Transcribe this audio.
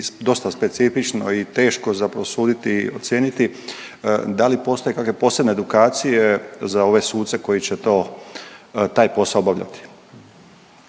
dosta specifično i teško za prosuditi i ocijeniti. Da li postoje kakve posebne edukacije za ove suce koji će to, taj posao obavljati?